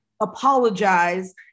apologize